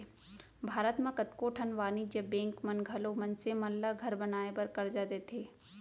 भारत म कतको ठन वाणिज्य बेंक मन घलौ मनसे मन ल घर बनाए बर करजा देथे